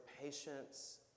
patience